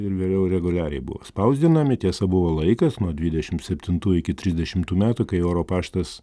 ir vėliau reguliariai buvo spausdinami tiesa buvo laikas nuo dvidešim septintų iki trisdešimtų metų kai oro paštas